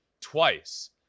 twice